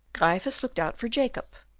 gryphus looked out for jacob,